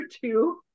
two